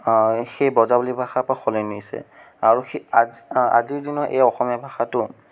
সেই বজ্ৰাৱলী ভাষাৰ পৰা সলনি হৈছে আৰু আজিৰ দিনত এই অসমীয়া ভাষাটো